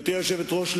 גברתי היושבת-ראש,